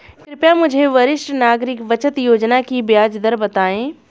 कृपया मुझे वरिष्ठ नागरिक बचत योजना की ब्याज दर बताएं